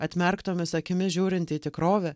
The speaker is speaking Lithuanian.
atmerktomis akimis žiūrint į tikrovę